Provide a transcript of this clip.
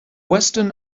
western